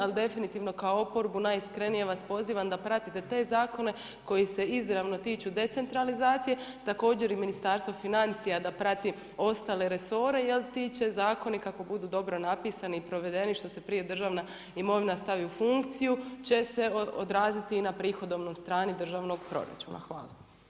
Ali definitivno kao oporbu najiskrenije vas pozivam da pratite te zakone koji se izravno tiču decentralizacije, također i Ministarstvo financija da prati ostale resore jer ti će zakoni kako budu dobro napisani i provedeni što se prije državna imovina stavi u funkciju će se odraziti na prihodovnoj strani državnog proračuna.